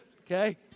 Okay